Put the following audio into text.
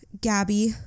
Gabby